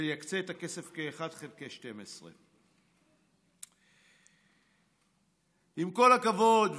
את הכסף כ-1 חלקי 12. עם כל הכבוד,